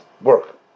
work